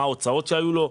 מה ההוצאות שהיו לו,